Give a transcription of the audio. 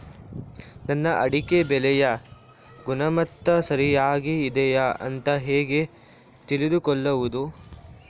ನನ್ನ ಅಡಿಕೆ ಬೆಳೆಯ ಗುಣಮಟ್ಟ ಸರಿಯಾಗಿ ಇದೆಯಾ ಅಂತ ಹೇಗೆ ತಿಳಿದುಕೊಳ್ಳುವುದು?